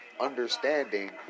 understanding